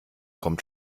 kommt